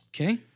Okay